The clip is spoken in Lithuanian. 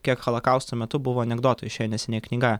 kiek holokausto metu buvo anekdotų išėjo neseniai knyga